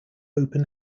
open